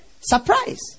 Surprise